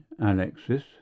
Alexis